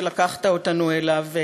שלקחת אותנו אליו,